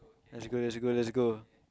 let's go let's go let's go